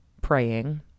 praying